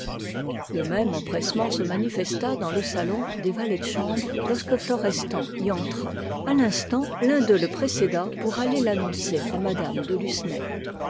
le même empressement se manifesta dans le salon des valets de chambre lorsque florestan y entra à l'instant l'un d'eux le précéda pour aller l'annoncer à mme de lucenay